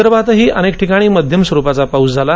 विदर्भातही अनेक ठिकाणी मध्यम स्वरुपाचा पाऊस झाला